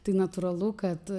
tai natūralu kad